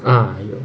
ah 有